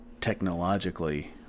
technologically